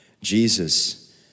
Jesus